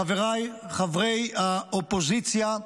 חבריי חברי האופוזיציה,